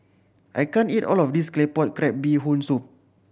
I can't eat all of this Claypot Crab Bee Hoon Soup